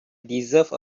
deserve